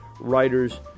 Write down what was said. writers